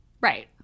Right